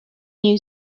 new